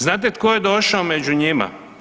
Znate tko je došao među njima?